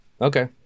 Okay